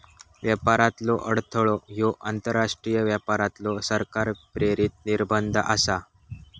व्यापारातलो अडथळो ह्यो आंतरराष्ट्रीय व्यापारावरलो सरकार प्रेरित निर्बंध आसा